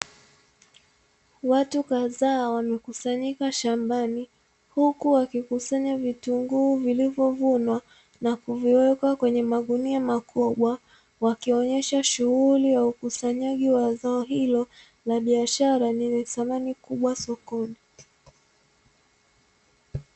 Watu kadhaa wamekusanyika shambani huku wakikusanya vitunguu vilivyovunwa na kuviweka kwenye magunia makubwa, wakionyesha shughuli ya ukusanyaji wa zao hilo la biashara lenye thamani kubwa sokoni.